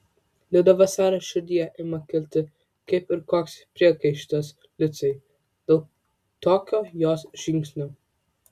liudo vasario širdyje ima kilti kaip ir koks priekaištas liucei dėl tokio jos žingsnio